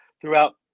throughout